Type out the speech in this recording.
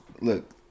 look